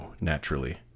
naturally